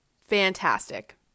fantastic